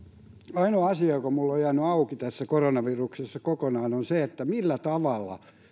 ainoa asia joka minulla on jäänyt kokonaan auki tässä koronaviruksessa on se millä tavalla